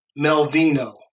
Melvino